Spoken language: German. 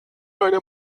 eine